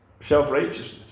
Self-righteousness